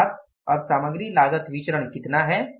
अर्थात अब सामग्री लागत विचरण कितना है